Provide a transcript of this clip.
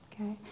Okay